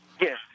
Yes